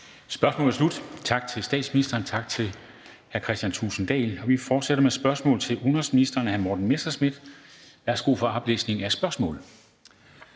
Spørgsmålet er slut. Tak til statsministeren, tak til hr. Kristian Thulesen Dahl. Snit Vi fortsætter med spørgsmål til udenrigsministeren af hr. Morten Messerschmidt. Kl. 13:11 Spm.